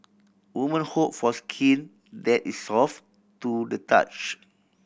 woman hope for skin that is soft to the touch